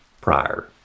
prior